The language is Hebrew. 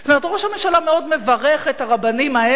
ראש הממשלה מאוד מברך את הרבנים האלה,